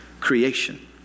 creation